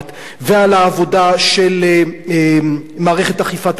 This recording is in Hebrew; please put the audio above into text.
ועל העבודה של מערכת אכיפת החוק,